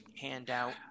Handout